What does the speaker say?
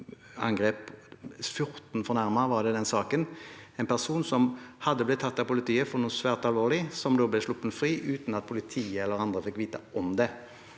14 fornærmede. Det var en person som hadde blitt tatt av politiet for noe svært alvorlig, og som ble sluppet fri uten at politiet eller andre fikk vite om det.